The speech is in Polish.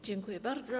Dziękuję bardzo.